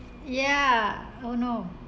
ya oh no